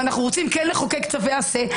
ואנו רוצים כן לחוקק צווי עשה,